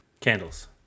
Candles